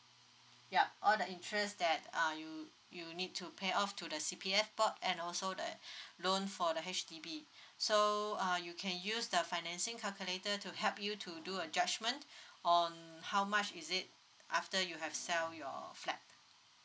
yup all the interest that uh you you need to pay off to the C_P_F per and also that loan for the H_D_B so uh you can use the financing calculator to help you to do a judgment on how much is it after you have sell your flat